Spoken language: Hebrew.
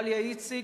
דליה איציק,